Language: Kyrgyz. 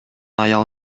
аял